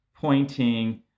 pointing